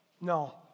no